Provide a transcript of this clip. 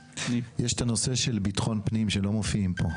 יש את הנושא של ביטחון פנים שלא מופיעים פה.